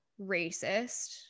racist